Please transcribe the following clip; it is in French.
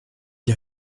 des